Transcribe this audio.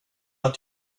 att